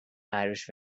irish